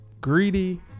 greedy